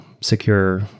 secure